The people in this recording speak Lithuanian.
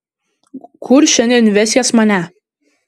kur šiandien vesies mane